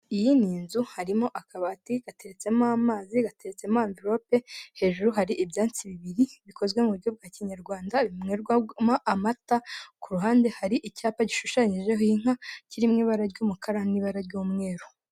Iyi n'inzu harimo akabati gateretsemo amazi, gatetsemo amverope, hejuru hari ibyantsi bibiri bikozwe mu buryo bwa kinyarwanda, binywebwamo amata, ku ruhande hari icyapa gishushanyijeho inka kiririmo ibara ry'umukara n'ibara ry'umweru.